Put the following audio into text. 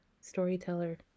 storyteller